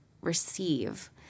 receive